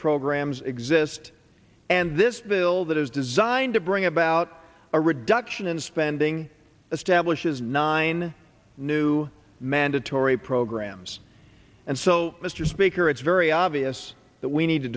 programs exist and this bill that is designed to bring about a reduction in spending establishes nine new mandatory programs and so mr speaker it's very obvious that we need to